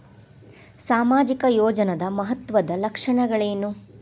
ಸಾಮಾಜಿಕ ಯೋಜನಾದ ಮಹತ್ವದ್ದ ಲಕ್ಷಣಗಳೇನು?